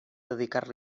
dedicar